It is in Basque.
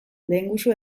lehengusu